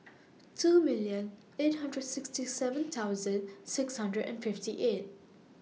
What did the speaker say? two million eight hundred sixty seven thousand six hundred and fifty eight